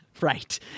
Right